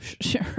Sure